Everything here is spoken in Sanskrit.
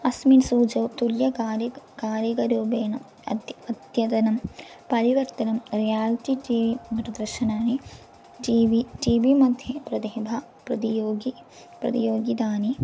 अस्मिन् सूच्यां तुल्यकार्यकं कारिकरूपेण अत्यन्तम् अत्यन्तं परिवर्तनं रियाल्टि टि वि प्रदर्शनानि टि वि टि वि मध्ये प्रतिभा प्रतियोगि प्रतियोगितानि